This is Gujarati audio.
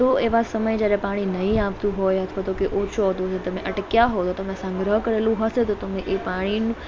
તો એવા સમયે જ્યારે પાણી નહીં આવતું હોય અથવા તો કે ઓછું આવતું હોય તમે અટક્યા હો તો તમે સંગ્રહ કરેલું હશે તો તમે એ પાણીનું